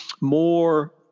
more